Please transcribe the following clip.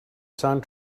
sound